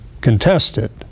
contested